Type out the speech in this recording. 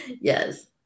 Yes